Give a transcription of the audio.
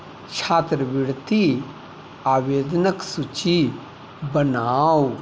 छात्रवृत्ति आवेदनक सूची बनाउ